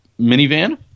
minivan